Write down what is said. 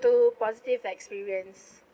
two positive experience